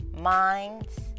minds